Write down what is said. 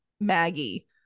maggie